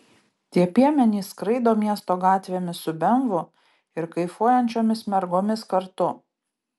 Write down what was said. tie piemenys skraido miesto gatvėmis su bemvu ir kaifuojančiomis mergomis kartu